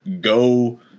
go